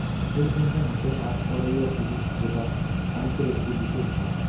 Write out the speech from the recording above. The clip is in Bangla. পরিসংখ্যান হসে আক পড়াইয়ার জিনিস যেটা অংকের একটি বিশেষ ভাগ